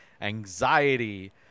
anxiety